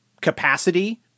capacity